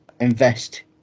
invest